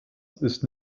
ist